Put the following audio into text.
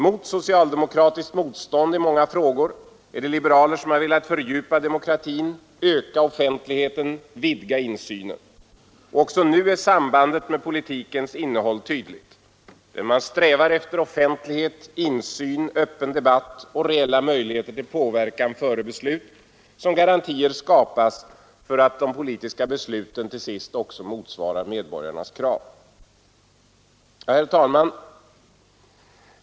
Mot socialdemokratiskt motstånd i många frågor vill liberaler fördjupa demokratin, öka offentligheten och vidga insynen. Också nu är sambandet med politikens innehåll tydligt. Det är när man strävar efter offentlighet, insyn, öppen debatt och reella möjligheter till påverkan före beslut som garantier skapas för att de politiska besluten till sist också motsvarar medborgarnas krav. Herr talman!